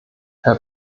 herr